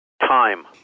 Time